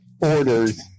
orders